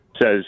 says